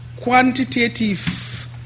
quantitative